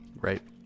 Right